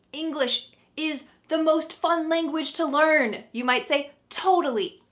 english is the most fun language to learn. you might say, totally.